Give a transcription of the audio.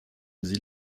sie